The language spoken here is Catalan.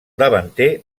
davanter